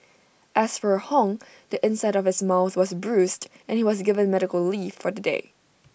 as for hung the inside of his mouth was bruised and he was given medical leave for the day